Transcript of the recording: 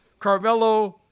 Carvello